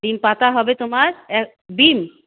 ডিম পাতা হবে তোমার ডিম